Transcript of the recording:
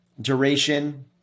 duration